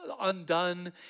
undone